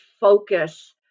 focus